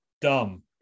dumb